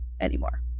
anymore